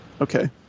okay